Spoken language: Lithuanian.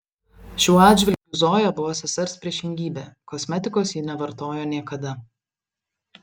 šiuo atžvilgiu zoja buvo sesers priešingybė kosmetikos ji nevartojo niekada